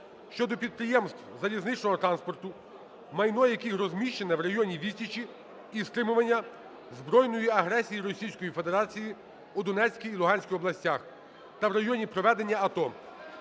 щодо підприємств залізничного транспорту, майно яких розміщене в районі відсічі і стримування збройної агресії Російської Федерації у Донецькій та Луганській областях, та в районі проведення АТО.